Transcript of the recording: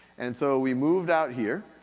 and so we moved out here.